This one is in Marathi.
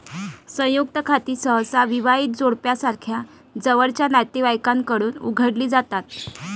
संयुक्त खाती सहसा विवाहित जोडप्यासारख्या जवळच्या नातेवाईकांकडून उघडली जातात